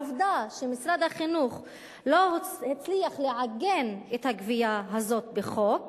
העובדה שמשרד החינוך לא הצליח לעגן את הגבייה הזאת בחוק